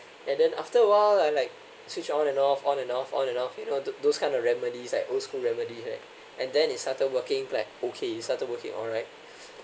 and then after a while I like switch on and off on and off on and off you know tho~ those kind of remedies like old school remedy hack and then it started working like okay started working alright